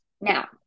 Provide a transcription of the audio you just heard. now